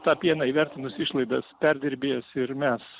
tą pieną įvertinus išlaidas perdirbėjas ir mes